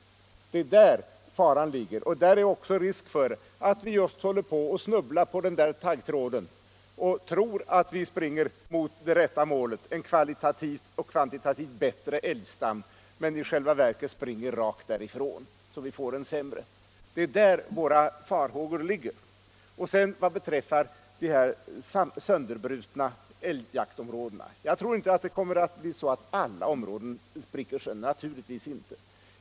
Det är där faran ligger. Där är det också risk för att vi snubblar på den där taggtråden och tror att vi springer mot det rätta målet — en kvalitativt och kvantitativt bättre älgstam — men i själva verket springer i motsatt riktning så att vi får en sämre älgstam. Jag tror inte att alla älgjaktsområden kommer att spricka sönder.